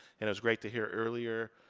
and it was great to hear earlier,